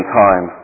time